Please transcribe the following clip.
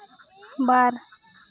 ᱵᱟᱨ